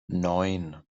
neun